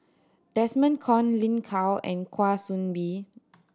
Desmond Kon Lin Gao and Kwa Soon Bee